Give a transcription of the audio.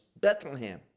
Bethlehem